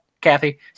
Kathy